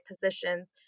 positions